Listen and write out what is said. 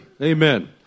Amen